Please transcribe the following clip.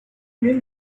mean